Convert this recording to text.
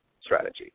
strategy